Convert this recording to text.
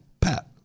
PAT